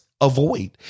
avoid